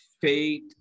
Fate